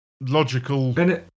logical